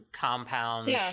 compounds